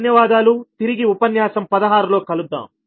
ధన్యవాదాలు తిరిగి ఉపన్యాసం 16 లో కలుద్దాం